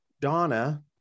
Donna